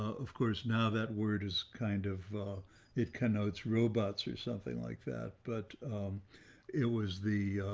of course, now that word is kind of it connotes robots or something like that. but it was the